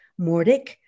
Mordic